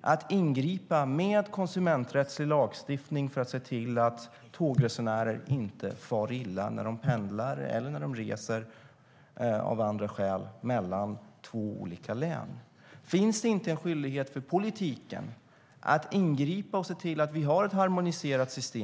att ingripa med konsumenträttslig lagstiftning för att se till att tågresenärer inte far illa när de pendlar eller av andra skäl reser mellan två olika län. Finns det inte en skyldighet för politiken att ingripa och se till att vi har ett harmoniserat system?